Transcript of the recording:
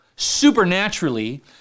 Supernaturally